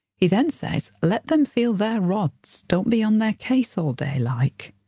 he then says let them feel their rods don't be on their case all day, like'.